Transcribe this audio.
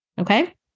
okay